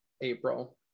april